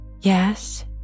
Yes